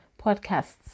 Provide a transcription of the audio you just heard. podcasts